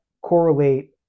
correlate